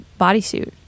bodysuit